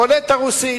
רולטה רוסית.